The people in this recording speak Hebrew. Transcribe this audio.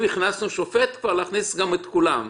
זה לא שאם הכנסתו שופט אז צריך להכניס את כולם.